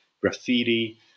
graffiti